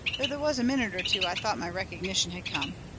though there was a minute or two i thought my recognition had come.